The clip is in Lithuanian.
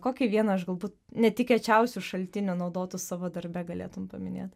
kokį vieną iš galbūt netikėčiausių šaltinių naudotų savo darbe galėtum paminėt